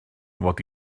mod